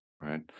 right